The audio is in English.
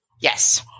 Yes